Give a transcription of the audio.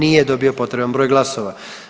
Nije dobio potreban broj glasova.